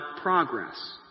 progress